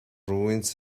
ruins